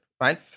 right